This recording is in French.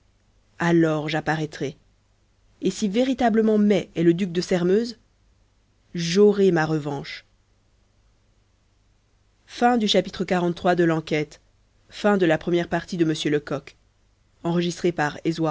alors j'apparaîtrai et si véritablement mai est le duc de sairmeuse j'aurai ma revanche